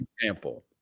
example